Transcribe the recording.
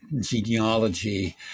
genealogy